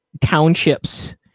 townships